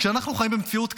כשאנחנו חיים במציאות כזאת,